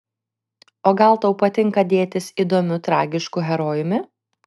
o gal tau patinka dėtis įdomiu tragišku herojumi